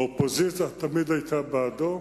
האופוזיציה תמיד היתה בעדו,